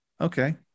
okay